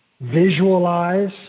Visualize